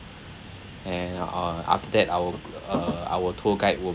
and uh after that our uh our tour guide will